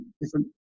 different